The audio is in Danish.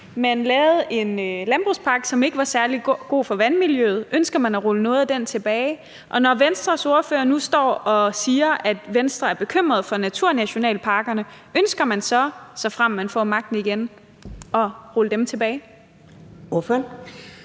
Man lavede en landbrugspakke, som ikke var særlig god for vandmiljøet. Ønsker man at rulle noget af den tilbage? Og når Venstres ordfører nu står og siger, at Venstre er bekymret for naturnationalparkerne, ønsker man så, såfremt man får magten igen, at rulle dem tilbage?